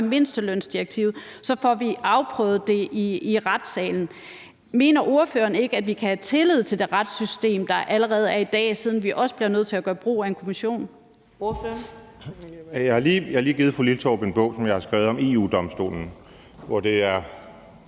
med mindstelønsdirektivet – så får vi afprøvet det i retssalen. Mener ordføreren ikke, at vi kan have tillid til det retssystem, der allerede er i dag, siden vi også bliver nødt til at gøre brug af en kommission? Kl. 15:47 Fjerde næstformand (Karina Adsbøl): Ordføreren.